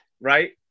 Right